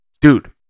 Dude